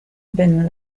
been